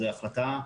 זו החלטה.